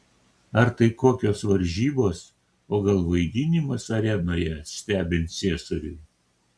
ar tai kokios varžybos o gal vaidinimas arenoje stebint ciesoriui